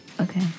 Okay